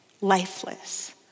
lifeless